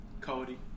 Cody